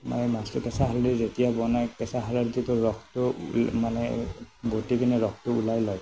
মাই মাছটো কেঁচা হালধীৰে যেতিয়া বনাই কেঁচা হালধীটোৰ ৰসটো উলি মানে বটিকিনে ৰসটো ওলাই লয়